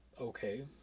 Okay